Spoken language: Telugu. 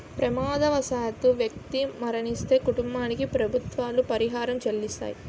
ప్రమాదవశాత్తు వ్యక్తి మరణిస్తే కుటుంబానికి ప్రభుత్వాలు పరిహారం చెల్లిస్తాయి